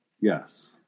yes